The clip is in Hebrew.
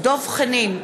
דב חנין,